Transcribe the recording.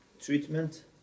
treatment